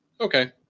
Okay